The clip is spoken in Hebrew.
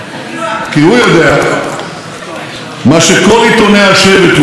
כי הוא יודע מה שכל עיתוני השבט יודעים: